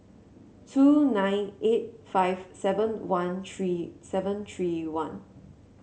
two nine eight five seven one three seven three one